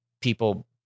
people